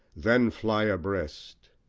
then fly abreast.